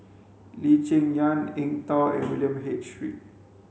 Lee Cheng Yan Eng Tow and William H Read